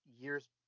years